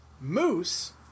Moose